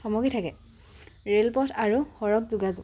সামগ্ৰী থাকে ৰে'লপথ আৰু সৰগ যোগাযোগ